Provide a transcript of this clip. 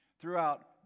throughout